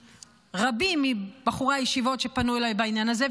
רבים מבחורי הישיבות שפנו אליי בעניין הזה,